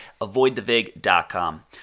avoidthevig.com